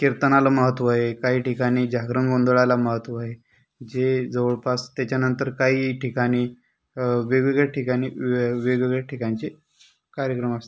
कीर्तनाला महत्त्व आहे काही ठिकाणी जागरण गोंधळाला महत्त्व आहे जे जवळपास त्याच्यानंतर काही ठिकाणी वेगवेगळ्या ठिकाणी वे वेगवेगळे ठिकाणचे कार्यक्रम अस